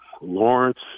Lawrence